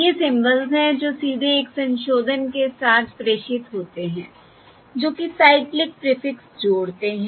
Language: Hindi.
ये सिंबल्स हैं जो सीधे एक संशोधन के साथ प्रेषित होते हैं जो कि साइक्लिक प्रीफिक्स जोड़ते हैं